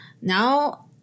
Now